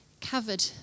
Covered